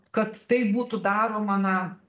kad tai būtų daroma na